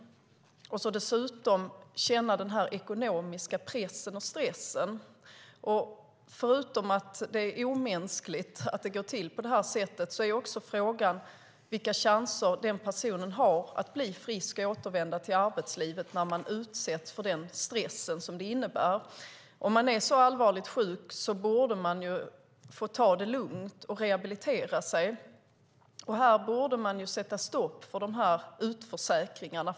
Dessutom ska de känna den ekonomiska pressen och stressen. Förutom att det är omänskligt att det går till på det här sättet är frågan vilka chanser personen har att bli frisk och återvända till arbetslivet när han eller hon utsätts för den stress som det innebär. Om man är så pass allvarligt sjuk borde man få ta det lugnt och rehabilitera sig. Här borde vi sätta stopp för utförsäkringarna.